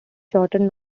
shortened